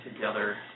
together